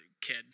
kid